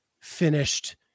finished